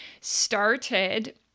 started